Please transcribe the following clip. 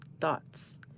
thoughts